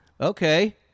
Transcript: Okay